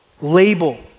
label